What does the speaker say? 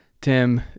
Tim